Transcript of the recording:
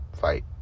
fight